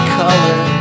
color